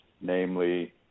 namely